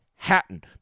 Hatton